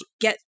get